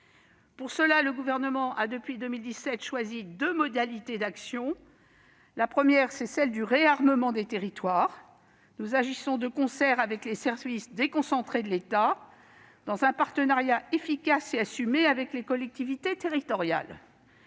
Pour cela, le Gouvernement a, depuis 2017, choisi deux modalités d'action. La première est celle du réarmement des territoires : nous agissons de concert, avec les services déconcentrés de l'État, dans un partenariat efficace et assumé avec les collectivités territoriales.